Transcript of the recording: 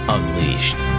Unleashed